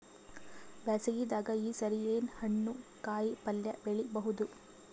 ಬ್ಯಾಸಗಿ ದಾಗ ಈ ಸರಿ ಏನ್ ಹಣ್ಣು, ಕಾಯಿ ಪಲ್ಯ ಬೆಳಿ ಬಹುದ?